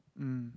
mm